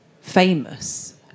famous